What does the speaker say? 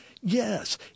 yes